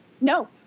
No